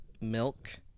milk